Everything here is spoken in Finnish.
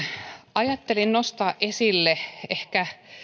ajattelin nostaa esille ehkä